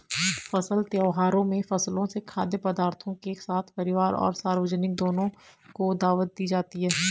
फसल त्योहारों में फसलों से खाद्य पदार्थों के साथ परिवार और सार्वजनिक दोनों को दावत दी जाती है